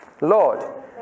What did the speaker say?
Lord